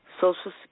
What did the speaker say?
Social